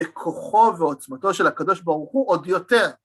כוחו ועוצמתו של הקדוש ברוך הוא, עוד יותר.